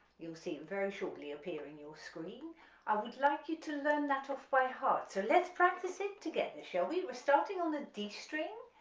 you'll see it very shortly appear in your screen i would like you to learn that off by heart, so let's practice it together shall we we're starting on the d string,